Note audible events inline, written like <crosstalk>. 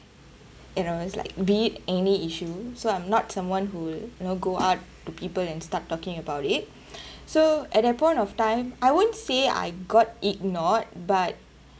you know it's like be it any issue so I'm not someone who you know go out to people and start talking about it <breath> so at that point of time I won't say I got ignored but